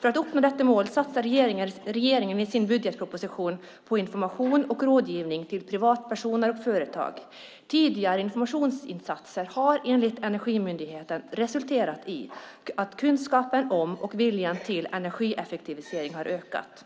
För att uppnå detta mål satsar regeringen i sin budgetproposition på information och rådgivning till privatpersoner och företag. Tidigare informationsinsatser har enligt Energimyndigheten resulterat i att kunskapen om och viljan till energieffektivisering har ökat.